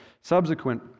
subsequent